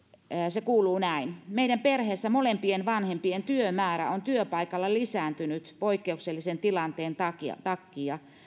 se kuuluu näin meidän perheessä molempien vanhempien työmäärä on työpaikalla lisääntynyt poikkeuksellisen tilanteen takia